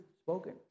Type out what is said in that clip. spoken